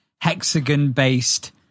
hexagon-based